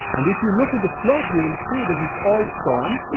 and if you look at the slope you will see that it is all stone,